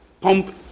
pump